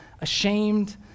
ashamed